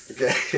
Okay